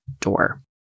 door